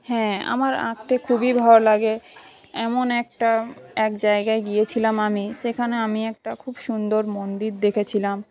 হ্যাঁ আমার আঁকতে খুবই ভালো লাগে এমন একটা এক জায়গায় গিয়েছিলাম আমি সেখানে আমি একটা খুব সুন্দর মন্দির দেখেছিলাম